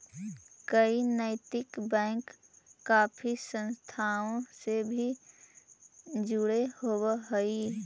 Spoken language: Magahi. कई नैतिक बैंक काफी संस्थाओं से भी जुड़े होवअ हई